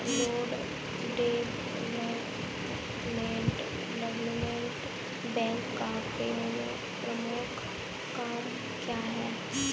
Land development bank का प्रमुख काम क्या है?